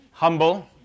Humble